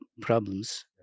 problems